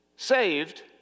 Saved